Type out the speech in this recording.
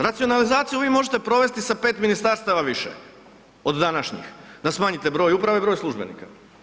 Racionalizaciju uvijek možete provesti sa 5 ministarstava više od današnjih da smanjite broj uprave i broj službenika.